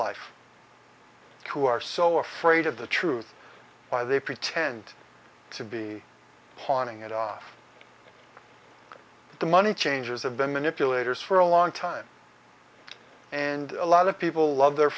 life who are so afraid of the truth why they pretend to be haunting it off the money changers have been manipulators for a long time and a lot of people love their